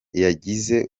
yagize